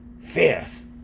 fierce